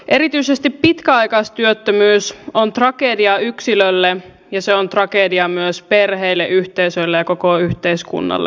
erityisesti pitkäaikaistyöttömyys on tragedia yksilölle ja se on tragedia myös perheille yhteisöille ja koko yhteiskunnalle